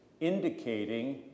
indicating